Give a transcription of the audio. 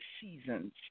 seasons